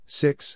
six